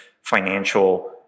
financial